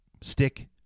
Stick